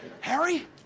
Harry